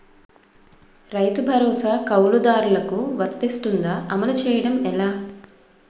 రైతు భరోసా కవులుదారులకు వర్తిస్తుందా? అమలు చేయడం ఎలా